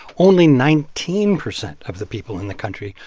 only nineteen percent of the people in the country.